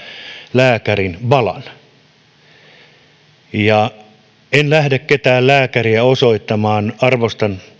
lääkärinvalan en lähde ketään lääkäriä osoittamaan arvostan